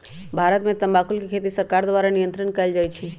भारत में तमाकुल के खेती सरकार द्वारा नियन्त्रण कएल जाइ छइ